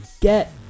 get